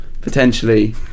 potentially